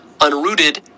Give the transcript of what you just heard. unrooted